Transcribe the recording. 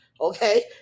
okay